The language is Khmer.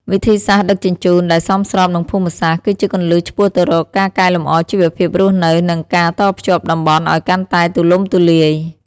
វិធីសាស្រ្តដឹកជញ្ជូនដែលសមស្របនឹងភូមិសាស្ត្រ គឺជាគន្លឹះឆ្ពោះទៅរកការកែលម្អជីវភាពរស់នៅ និងការតភ្ជាប់តំបន់ឱ្យកាន់តែទូលំទូលាយ។